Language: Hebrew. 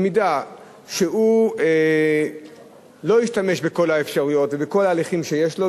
אם הוא לא ישתמש בכל האפשרויות ובכל ההליכים שיש לו,